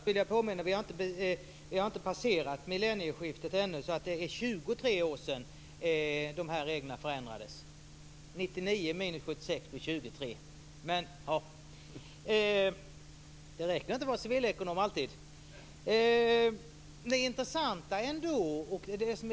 Fru talman! Vi har inte passerat millennieskiftet ännu. Det är alltså 23 år sedan dessa regler förändrades - 1999 minus 1976 blir 23. Det räcker inte alltid med att vara civilekonom.